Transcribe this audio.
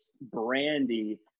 Brandy